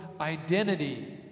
identity